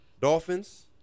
Dolphins